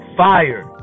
fire